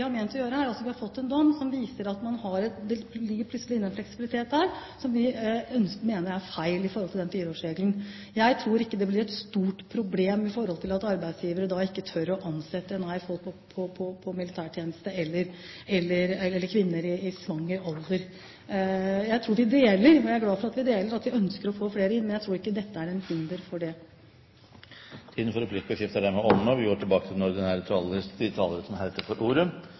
har man en kortere periode, og enten avslutter man arbeidsforholdet, eller så blir man fast ansatt. Vi har fått en dom som viser at det ligger inne en fleksibilitet her som vi mener er feil med tanke på fireårsregelen. Jeg tror ikke det blir et stort problem med tanke på at arbeidsgivere ikke tør å ansette folk i forbindelse med militærtjeneste eller kvinner i fruktbar alder. Jeg tror vi deler – og jeg er glad for det – ønsket om å få flere inn, og jeg tror ikke dette er til hinder for det. Replikkordskiftet er omme. De talere som heretter får ordet,